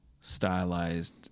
stylized